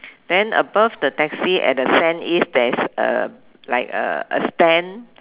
then above the taxi at the sand is there's a like a a stand